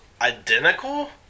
identical